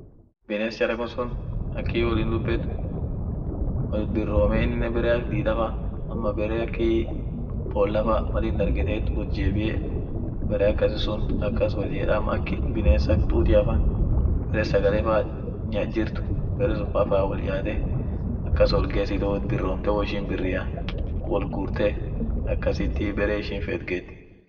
bines charekon sun akii wollin dubet wot birome inen bere akdida fa ama bere akii bola fa malin dargetet wot jebie bare akasi sun akas wolin yeda.